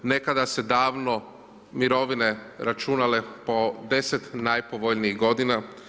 Nekada su se davno mirovine računale po 10 najpovoljnijih godina.